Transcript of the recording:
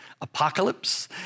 apocalypse